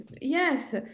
yes